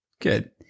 Good